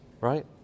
right